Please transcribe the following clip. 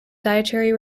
dietary